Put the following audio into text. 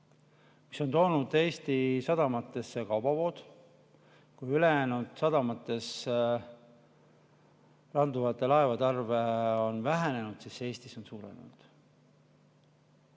mis on toonud Eesti sadamatesse kaubavood. Kui ülejäänud sadamates randuvate laevade arv on vähenenud, siis Eestis on see suurenenud.